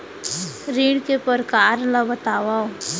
ऋण के परकार ल बतावव?